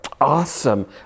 awesome